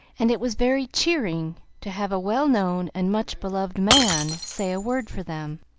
and it was very cheering to have a well-known and much-beloved man say a word for them.